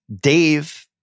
Dave